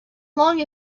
long